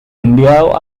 enviado